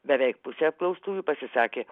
beveik pusė apklaustųjų pasisakė